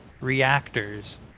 reactors